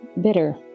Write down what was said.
bitter